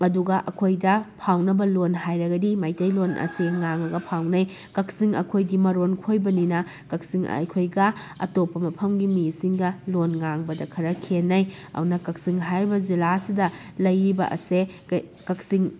ꯑꯗꯨꯒ ꯑꯩꯈꯣꯏꯗ ꯐꯥꯎꯅꯕ ꯂꯣꯟ ꯍꯥꯏꯔꯒꯗꯤ ꯃꯩꯇꯩ ꯂꯣꯟ ꯑꯁꯤ ꯉꯥꯡꯉꯒ ꯐꯥꯎꯅꯩ ꯀꯛꯆꯤꯡ ꯑꯩꯈꯣꯏꯗꯤ ꯃꯔꯣꯟ ꯈꯣꯏꯕꯅꯤꯅ ꯀꯛꯆꯤꯡ ꯑꯩꯈꯣꯏꯒ ꯑꯇꯣꯞꯄ ꯃꯐꯝꯒꯤ ꯃꯤꯁꯤꯡꯒ ꯂꯣꯟ ꯉꯥꯡꯕꯗ ꯈꯔ ꯈꯦꯠꯅꯩ ꯑꯗꯨꯅ ꯀꯛꯆꯤꯡ ꯍꯥꯏꯔꯤꯕ ꯖꯤꯂꯥ ꯑꯁꯤꯗ ꯂꯩꯔꯤꯕ ꯑꯁꯦ ꯀꯛꯆꯤꯡ